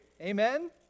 Amen